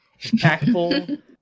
impactful